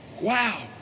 Wow